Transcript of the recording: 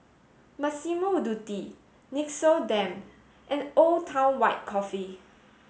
Massimo Dutti Nixoderm and Old Town White Coffee